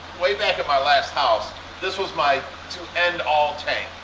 way back at my last house this was my to end all tank.